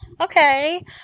okay